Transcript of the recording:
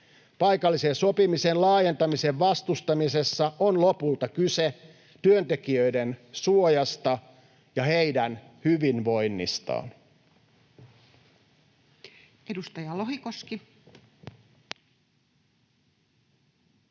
Paikallisen sopimisen laajentamisen vastustamisessa on lopulta kyse työntekijöiden suojasta ja heidän hyvinvoinnistaan.